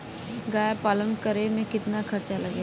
गाय पालन करे में कितना खर्चा लगेला?